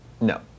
No